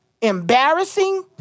embarrassing